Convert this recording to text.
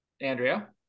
Andrea